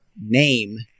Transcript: name